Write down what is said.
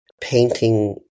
painting